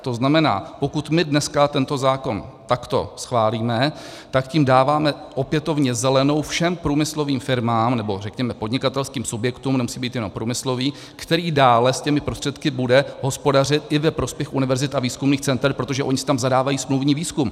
To znamená, pokud my dneska tento zákon takto schválíme, tak tím dáváme opětovně zelenou všem průmyslovým firmám, nebo řekněme podnikatelským subjektům, nemusí být jenom průmyslové, které dále s těmi prostředky budou hospodařit i ve prospěch univerzit a výzkumných center, protože oni si tam zadávají smluvní výzkum.